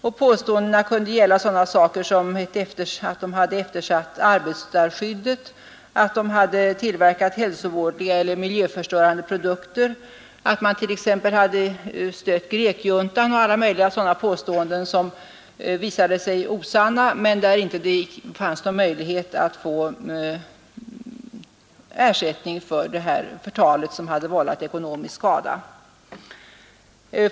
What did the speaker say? Dessa kunde gälla sådana saker som att de hade eftersatt arbetarskyddet, tillverkat hälsovådliga eller miljöförstörande produkter, att man hade stött grekjuntan och alla möjliga liknande påståenden som visade sig vara osanna men där det inte fanns någon möjlighet att få ersättning för den ekonomiska skada som förtalet hade vållat.